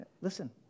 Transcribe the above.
Listen